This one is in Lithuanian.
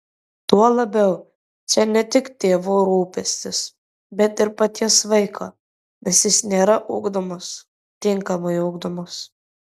tuo labiau čia ne tik tėvų rūpestis bet ir paties vaiko nes jis nėra ugdomas tinkamai ugdomas